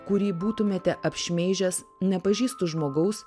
kurį būtumėte apšmeižęs nepažįstu žmogaus